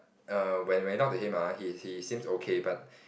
err when when I talk to him ah he he seems okay but